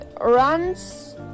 runs